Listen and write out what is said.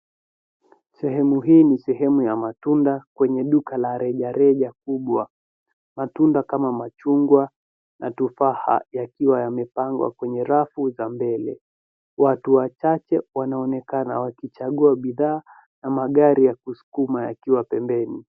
Sehemu hii ni sehemu ya matunda kwenye duka la rejareja kubwa. Matunda kama machungwa na tufaha yakiwa yamepangwa kwenye rafu za mbele. Watu wachache wanaonekana wakichagua bidhaa na magari ya kusukuma yakiwa pembeni.